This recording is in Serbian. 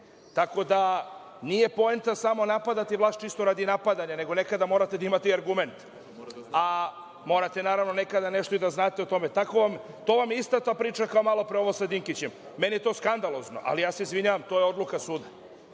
nju. Tako da, nije poenta samo napadati vlast čisto radi napadanja, nego nekada morate da imate i argument, a morate, naravno, nekada nešto i da znate o tome. To vam je ista ta priča kao malopre ovo sa Dinkićem. Meni je to skandalozno, ali, ja se izvinjavam, to je odluka suda.